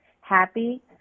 happy